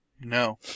No